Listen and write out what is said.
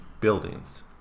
buildings